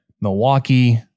Milwaukee